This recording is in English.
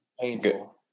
painful